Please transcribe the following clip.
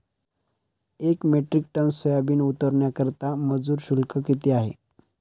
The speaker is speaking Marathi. एक मेट्रिक टन सोयाबीन उतरवण्याकरता मजूर शुल्क किती आहे?